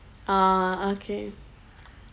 ah okay